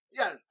yes